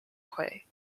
quay